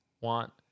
want